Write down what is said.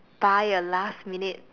buy a last minute